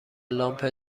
لامپ